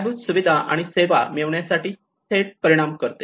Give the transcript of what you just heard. पायाभूत सुविधा आणि सेवा हे मिळविण्यासाठी थेट परिणाम करते